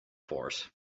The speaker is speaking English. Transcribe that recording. force